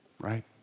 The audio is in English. right